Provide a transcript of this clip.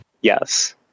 Yes